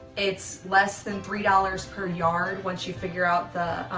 it's less than three dollars per yard once you figure out